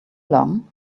long